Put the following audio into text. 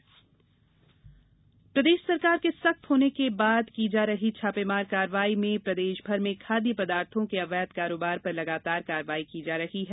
छापामार कार्यवाही प्रदेष सरकार के सख्त होने के बाद की जा रही छापेमार कार्रवाई में प्रदेष भर खाद्य पदार्थों के अवैध कारोबार पर लगातार कार्रवाई की जा रही है